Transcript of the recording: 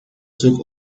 took